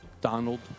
Donald